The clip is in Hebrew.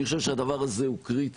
אני חושב שהדבר הזה הוא קריטי,